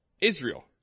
Israel